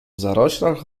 zaroślach